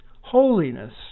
holiness